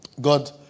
God